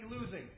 losing